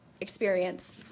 experience